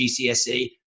GCSE